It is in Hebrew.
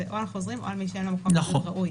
זה או על חוזרים או על מי שאין לו מקום בידוד ראוי.